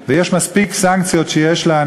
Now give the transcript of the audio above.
במשרד האוצר היה הגורם שאישר את פעילות חברות הדירוג,